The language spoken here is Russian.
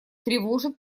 тревожит